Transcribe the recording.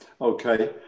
Okay